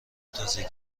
تازگی